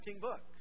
book